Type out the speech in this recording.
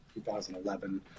2011